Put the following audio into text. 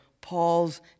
Paul's